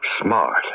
smart